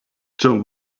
turn